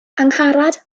angharad